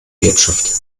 wirtschaft